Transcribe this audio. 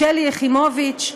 שלי יחימוביץ,